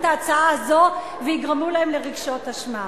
ההצעה הזאת ויגרמו להן רגשות אשמה.